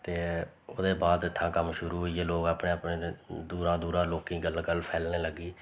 ते ओह्दे बाद उत्था कम्म शुरू होई गेआ लोग अपने अपने दूरा दूरा लोकें गी गल्ल फैलन लगी